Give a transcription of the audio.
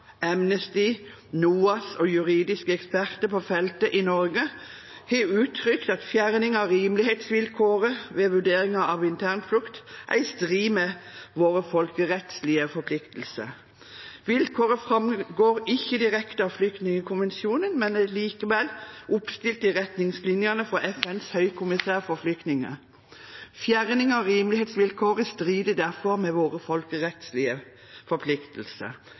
NOAS og juridiske eksperter på feltet i Norge har uttrykt at fjerning av rimelighetsvilkåret ved vurderinger av internflukt er i strid med våre folkerettslige forpliktelser. Vilkåret framgår ikke direkte av flyktningkonvensjonen, men er likevel oppstilt i retningslinjene for FNs høykommissær for flyktninger. Fjerning av rimelighetsvilkåret strider derfor med våre folkerettslige forpliktelser.